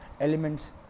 elements